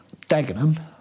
Dagenham